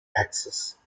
access